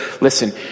listen